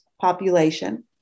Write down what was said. population